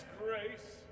grace